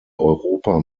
europa